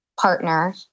partner